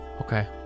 Okay